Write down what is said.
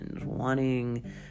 Wanting